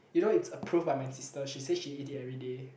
you know it's approved by my sister she say she eat it everyday